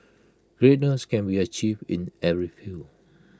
greatness can be achieved in every field